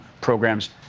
program's